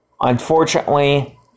unfortunately